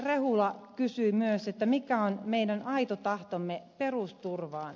rehula kysyi myös mikä on meidän aito tahtomme perusturvaan